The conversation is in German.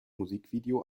musikvideo